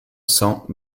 cents